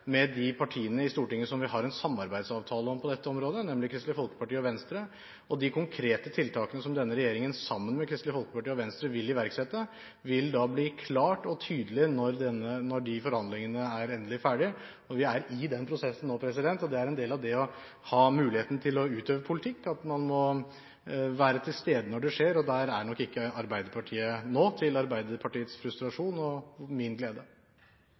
med de partiene i Stortinget som vi har en samarbeidsavtale om dette området med, nemlig Kristelig Folkeparti og Venstre. De konkrete tiltakene som denne regjeringen sammen med Kristelig Folkeparti og Venstre vil iverksette, vil bli klare og tydelige når de forhandlingene er endelig ferdig. Vi er i den prosessen nå, og det er en del av det å ha muligheten til å utøve politikk: at man må være til stede når det skjer. Der er nok ikke Arbeiderpartiet nå – til Arbeiderpartiets frustrasjon og min glede.